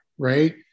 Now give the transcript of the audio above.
right